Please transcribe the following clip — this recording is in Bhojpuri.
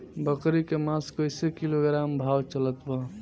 बकरी के मांस कईसे किलोग्राम भाव चलत बा?